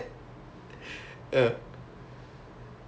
every single tutorial right I will